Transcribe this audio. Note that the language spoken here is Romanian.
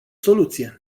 soluție